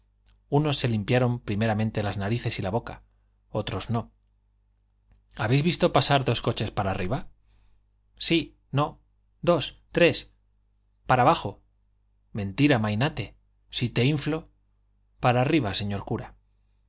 unos se limpiaron primeramente las narices y la boca otros no habéis visto pasar dos coches para arriba sí no dos tres para abajo mentira mainate si te inflo para arriba señor cura